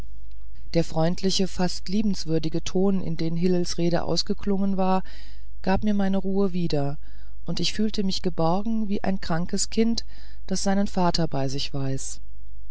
der freundliche fast liebenswürdige ton in den hillels rede ausgeklungen war gab mir meine ruhe wieder und ich fühlte mich geborgen wie ein krankes kind das seinen vater bei sich weiß